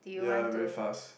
ya very fast